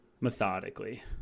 methodically